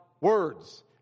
words